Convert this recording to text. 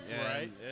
Right